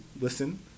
listen